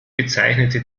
bezeichnete